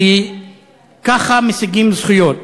כי ככה משיגים זכויות.